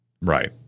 right